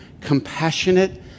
compassionate